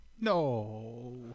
No